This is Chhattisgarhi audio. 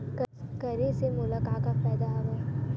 करे से मोला का का फ़ायदा हवय?